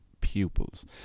pupils